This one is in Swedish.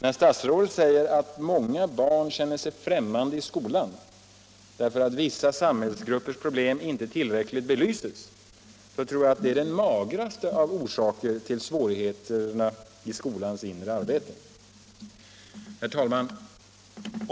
Då statsrådet säger att många barn känner sig främmande i skolan därför att vissa samhällsgruppers problem inte tillräckligt belyses, så tror jag att det är den magraste av orsakerna till svårigheterna i skolans inre arbete. Herr talman!